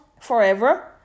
forever